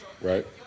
right